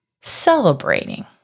celebrating